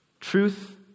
Truth